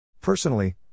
Personally